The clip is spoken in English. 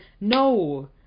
no